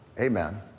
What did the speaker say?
Amen